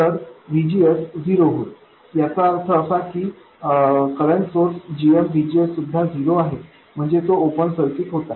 तर VGS zero होईल याचा अर्थ असा की हा करंट सोर्स gmVGS सुद्धा झिरो आहे म्हणजे तो ओपन सर्किट होतो